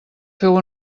feu